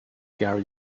gary